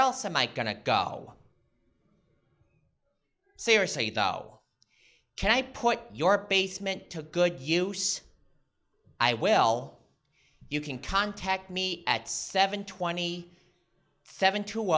else am i going to go seriously though can i put your basement to good use i will you can contact me at seven twenty seven two